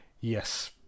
Yes